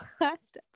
last